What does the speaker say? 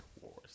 wars